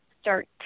start